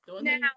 Now